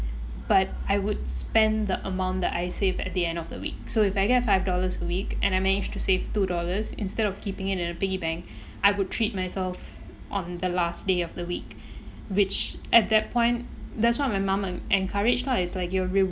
but I would spend the amount that I saved at the end of the week so if I get five dollars a week and I managed to save two dollars instead of keeping in a piggy bank I would treat myself on the last day of the week which at that point that's what my mum en~ encouraged lah is like your